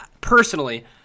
Personally